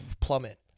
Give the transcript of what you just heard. Plummet